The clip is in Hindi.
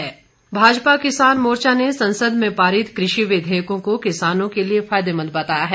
किसान मोर्चा भाजपा किसान मोर्चा ने संसद में पारित कृषि विधेयकों को किसानों के लिए फायदेमंद बताया है